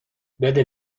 بده